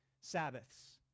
Sabbaths